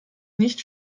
nicht